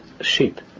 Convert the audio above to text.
sheep